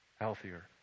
healthier